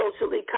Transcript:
socially